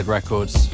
Records